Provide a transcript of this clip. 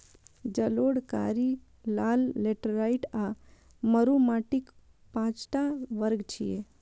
जलोढ़, कारी, लाल, लेटेराइट आ मरु माटिक पांच टा वर्ग छियै